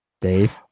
Dave